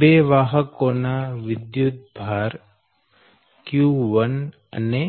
બે વાહકો ના વિદ્યુતભાર q1 અને